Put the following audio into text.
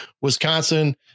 Wisconsin